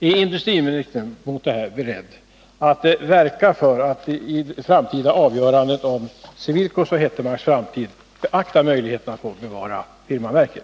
Är industriministern mot bakgrund av detta beredd att verka för att man vid ett framtida avgörande om Cewilkos och Hettemarks framtid beaktar möjligheterna när det gäller att få bevara firmamärket?